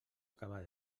acabar